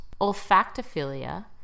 Olfactophilia